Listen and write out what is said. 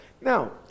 Now